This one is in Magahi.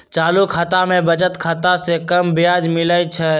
चालू खता में बचत खता से कम ब्याज मिलइ छइ